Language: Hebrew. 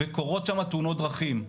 וקורות שם תאונות דרכים.